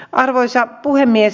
arvoisa puhemies